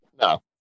No